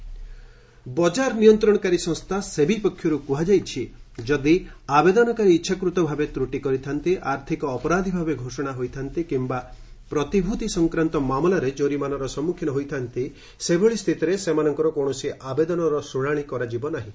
ସେବି guidelines ବଜାର ନିୟନ୍ତ୍ରଣକାରୀ ସଂସ୍ଥା ସେବି ପକ୍ଷରୁ କୁହାଯାଇଛି ଯଦି ଆବେଦନକାରୀ ଇଚ୍ଛାକୃତ ଭାବେ ତୂଟି କରିଥାନ୍ତି ଆର୍ଥିକ ଅପରାଧୀ ଭାବେ ଘୋଷଣା ହୋଇଥାନ୍ତି କିମ୍ବା ପ୍ରତିଭୂତି ସଂକ୍ରାନ୍ତ ମାମଲାରେ ଜୋରିମାନାର ସମ୍ମୁଖୀନ ହୋଇଥାନ୍ତି ସେଭଳି ସ୍ଥିତିରେ ସେମାନଙ୍କର କୌଣସି ଆବେଦନର ଶୁଣାଣି କରାଯିବ ନାହିଁ